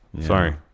Sorry